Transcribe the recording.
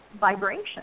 vibration